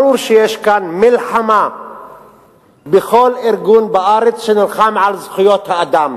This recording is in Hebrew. ברור שיש כאן מלחמה בכל ארגון בארץ שנלחם על זכויות האדם,